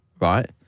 right